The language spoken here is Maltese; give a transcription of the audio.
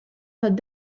tad